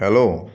hello